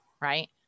Right